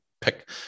pick